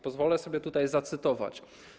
Pozwolę sobie tutaj zacytować.